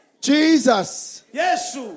Jesus